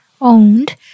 owned